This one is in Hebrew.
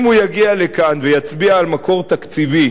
אם הוא יגיע לכאן ויצביע על מקור תקציבי